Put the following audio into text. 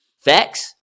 facts